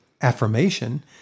affirmation